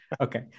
Okay